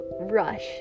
rush